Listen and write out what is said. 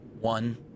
One